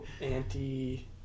Anti